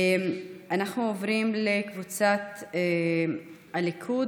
אנחנו עוברים לקבוצת סיעת הליכוד,